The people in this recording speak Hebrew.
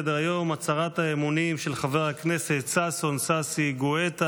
הצהרת אמונים של חבר הכנסת ששון ששי גואטה.